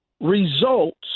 results